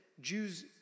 Jews